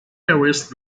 terrorist